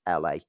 LA